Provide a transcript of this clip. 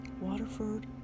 waterford